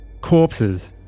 corpses